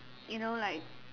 you know like